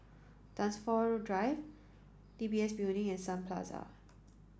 Dunsfold Drive D B S Building and Sun Plaza